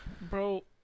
Bro